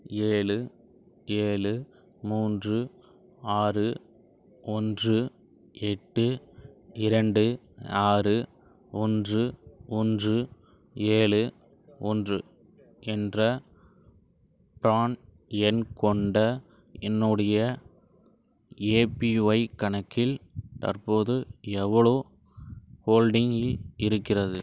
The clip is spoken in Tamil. ஏழு ஏழு மூன்று ஆறு ஒன்று எட்டு இரண்டு ஆறு ஒன்று ஒன்று ஏழு ஒன்று என்ற ப்ரான் எண் கொண்ட என்னுடைய ஏபிஒய் கணக்கில் தற்போது எவ்வளோவு ஹோல்டிங் இருக்கிறது